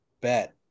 bet